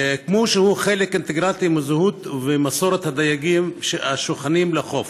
כמו שהוא חלק אינטגרלי מהזהות והמסורת של הדייגים השוכנים לחוף.